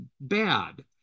bad